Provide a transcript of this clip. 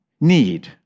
need